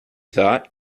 thought